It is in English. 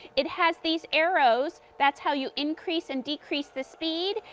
it has these arrows. that's how you increase and decrease the speed.